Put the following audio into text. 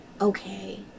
okay